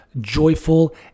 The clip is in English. joyful